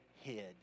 hid